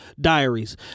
diaries